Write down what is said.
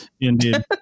Indeed